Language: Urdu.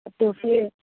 تو پھر